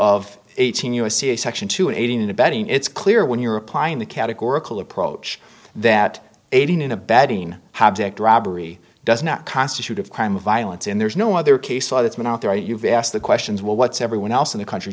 of eighteen u s c section two aiding and abetting it's clear when you're applying the categorical approach that aiding and abetting how object robbery does not constitute a crime of violence and there's no other case law that's been out there you've asked the questions well what's everyone else in the country